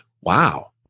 Wow